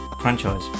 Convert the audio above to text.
franchise